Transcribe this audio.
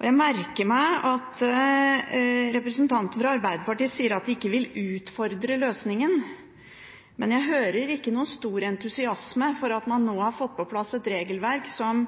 Jeg merker meg at representanten fra Arbeiderpartiet sier at de ikke vil utfordre løsningen. Men jeg hører ikke noen stor entusiasme for at man nå har fått på plass et regelverk som